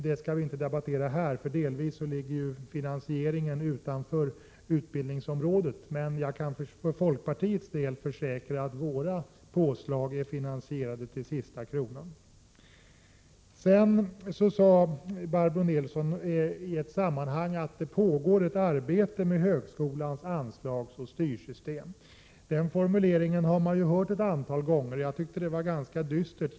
Det skall vi inte debattera här, för finansieringen ligger utanför utbildningsområdet, men jag kan för folkpartiets del försäkra att våra påslag är finansierade till sista kronan. Sedan sade Barbro Nilsson i ett sammanhang att det pågår ett arbete med högskolans anslagsoch styrsystem. Den formuleringen har vi hört ett antal gånger, och jag tycker att det var ganska dystert.